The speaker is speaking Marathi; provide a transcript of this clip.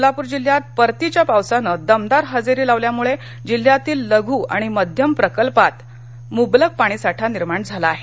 सोलापूर जिल्ह्यात परतीच्या पावसाने दमदारहजेरी लावल्यामुळे जिल्ह्यातील लघू आणिमध्यम प्रकल्पात ही मुबलक पाणी साठा निर्माण झाला आहे